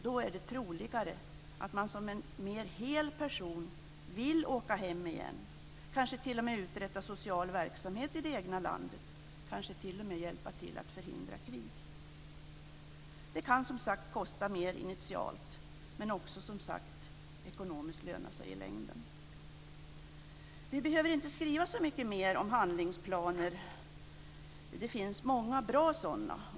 Då är det troligare att man som en mer hel person vill åka hem igen, kanske även bedriva social verksamhet i det egna landet - och kanske t.o.m. hjälpa till att förhindra krig. Det kan kosta mer initialt, men också, som sagt, ekonomiskt löna sig i längden. Vi behöver inte skriva så mycket mer om handlingsplaner. Det finns många bra sådana.